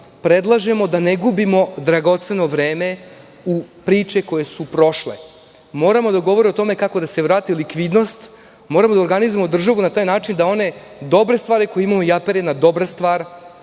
predlažemo da ne gubimo dragoceno vreme u priče koje su prošle. Moramo da govorimo o tome kako da se vrati likvidnost, moramo da organizujemo državu na takav način da one dobre stvari koje imamo i APR je jedna dobra stvar,